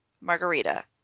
margarita